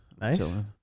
nice